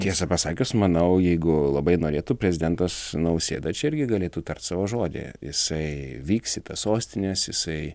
tiesą pasakius manau jeigu labai norėtų prezidentas nausėda čia irgi galėtų tart savo žodį jisai vyks į tas sostines jisai